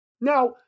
Now